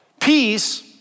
Peace